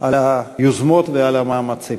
על היוזמות ועל המאמצים.